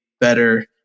better